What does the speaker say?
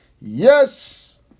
Yes